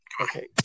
Okay